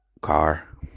car